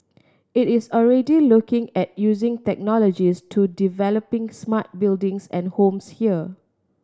it is already looking at using technologies to developing smart buildings and homes here